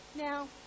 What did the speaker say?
Now